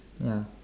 ya